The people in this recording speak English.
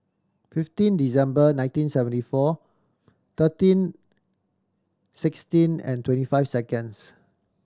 fifteen December nineteen seventy four thirteen sixteen and twenty five seconds